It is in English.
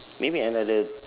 maybe another